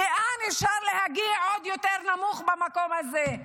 כמה נמוך עוד אפשר להגיע במקום הזה?